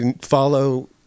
follow